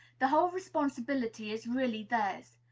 the whole responsibility is really theirs.